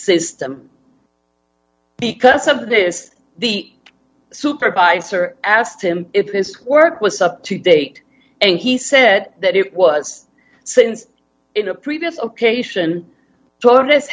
system because of this the supervisor asked him if his work was up to date and he said that it was since in a previous occasion tor